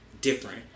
different